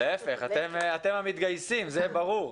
להיפך אתם המתגייסים, זה ברור.